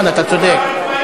חוץ וביטחון, אתה צודק, נכון.